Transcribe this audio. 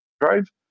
drive